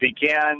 began